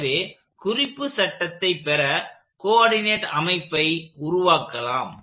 எனவே குறிப்பு சட்டத்தை பெற கோஆர்டினேட் அமைப்பை உருவாக்கலாம்